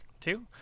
Two